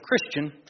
Christian